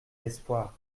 d’espoir